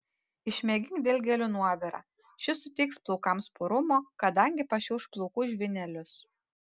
išmėgink dilgėlių nuovirą šis suteiks plaukams purumo kadangi pašiauš plaukų žvynelius